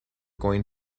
going